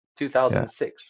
2006